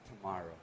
tomorrow